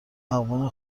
اقوام